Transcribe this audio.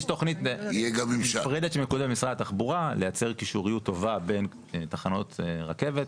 יש תכנית נפרדת במשרד התחבורה לייצר קישוריות טובה בין תחנות רכבת,